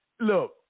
Look